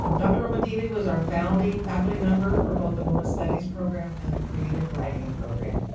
um dr. romidilli was our founding faculty member for both the women's studies program and the creative writing program.